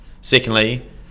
Secondly